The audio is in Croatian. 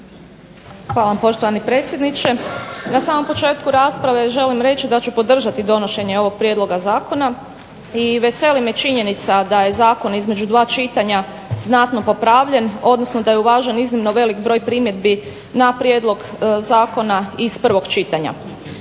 Hvala vam poštovani predsjedniče. Na samom početku rasprave želim reći da ću podržati donošenje ovog prijedloga zakona i veseli me činjenica da je zakon između dva čitanja znatno popravljen, odnosno da je uvažen iznimno velik broj primjedbi na prijedlog zakona iz prvog čitanja.